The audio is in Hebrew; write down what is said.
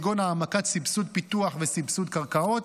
כגון העמקת סבסוד פיתוח וסבסוד קרקעות,